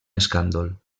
escàndol